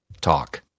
talk